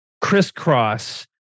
crisscross